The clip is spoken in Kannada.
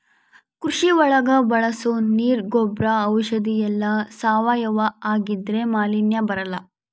ಕೃಷಿ ಒಳಗ ಬಳಸೋ ನೀರ್ ಗೊಬ್ರ ಔಷಧಿ ಎಲ್ಲ ಸಾವಯವ ಆಗಿದ್ರೆ ಮಾಲಿನ್ಯ ಬರಲ್ಲ